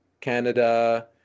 Canada